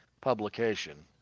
publication